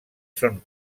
són